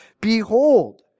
Behold